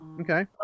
Okay